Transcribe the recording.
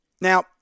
Now